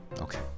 okay